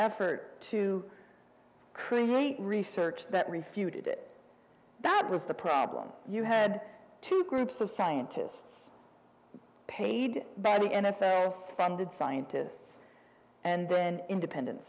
effort to cremate research that refuted it that was the problem you had two groups of scientists paid by the n f l s funded scientists and then independen